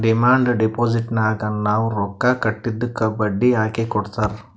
demand ಡಿಪೋಸಿಟ್ನಾಗ್ ನಾವ್ ರೊಕ್ಕಾ ಇಟ್ಟಿದ್ದುಕ್ ಬಡ್ಡಿ ಹಾಕಿ ಕೊಡ್ತಾರ್